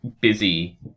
busy